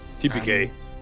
TPK